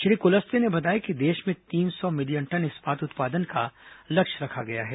श्री कुलस्ते ने बताया कि देश में तीन सौ मिलियन टन इस्पात उत्पादन का लक्ष्य रखा गया है